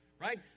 right